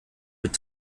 mit